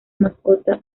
mascota